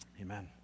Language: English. Amen